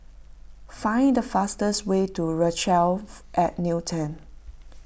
find the fastest way to Rochelle at Newton